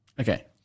Okay